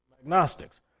agnostics